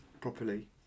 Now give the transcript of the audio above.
properly